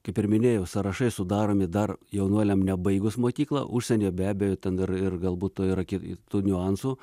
kaip ir minėjau sąrašai sudaromi dar jaunuoliam nebaigus mokyklą užsienyje be abejo ten ir ir galbūt yra kitų niuansų